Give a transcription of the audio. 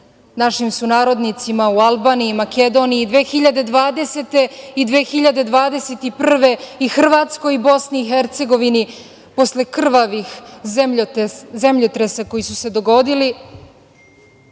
našim sunarodnicima u Albaniji, Makedoniji, 2020. i 2021. i Hrvatskoj i BiH posle krvavih zemljotresa koji su se dogodili.